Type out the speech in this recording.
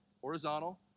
horizontal